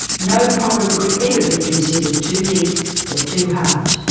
no problem could ever be considered too big or too hard.